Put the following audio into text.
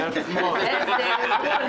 אין נמנעים